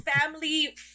family